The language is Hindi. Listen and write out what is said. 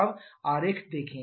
अब आरेख देखें